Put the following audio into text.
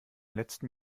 letzten